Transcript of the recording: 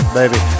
baby